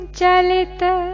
chalita